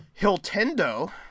Hiltendo